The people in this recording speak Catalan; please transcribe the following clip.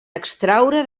extraure